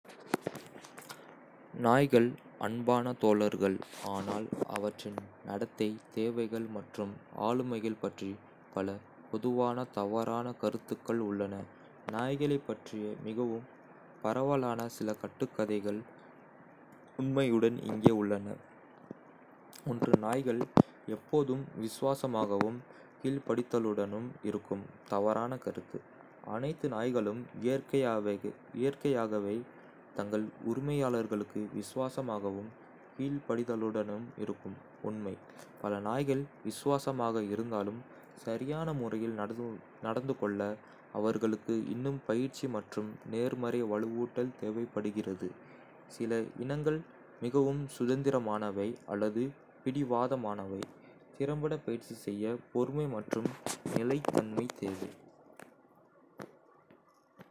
பூனைகள் கண்கவர் மற்றும் பெரும்பாலும் தவறாகப் புரிந்து கொள்ளப்பட்ட விலங்குகள், அவற்றின் நடத்தை, ஆளுமை மற்றும் கவனிப்பு பற்றிய பொதுவான தவறான எண்ணங்களுக்கு வழிவகுக்கிறது. பூனைகளைப் பற்றிய மிகவும் பரவலான சில கட்டுக்கதைகள், உண்மையுடன் இங்கே உள்ளன பூனைகள் ஒதுங்கியவை மற்றும் பாசமற்றவை தவறான கருத்து பூனைகள் தனிமையில் உள்ளன மற்றும் அவற்றின் உரிமையாளர்களைப் பற்றி. கவலைப்படுவதில்லை உண்மை பூனைகள் நம்பமுடியாத அளவிற்கு பாசமாக இருக்கும் மற்றும் அவற்றின் உரிமையாளர்களுடன் வலுவான பிணைப்பை உருவாக்குகின்றனஅவர்கள் உங்களைப் பின்தொடர்வது, அருகில் உட்கார்ந்துகொள்வது அல்லது துரத்துவது போன்ற பாசத்தை நுட்பமாக வெளிப்படுத்தலாம், ஆனால் அவை பெரும்பாலும் தோழமையை அனுபவிக்கும் சமூக விலங்குகள்.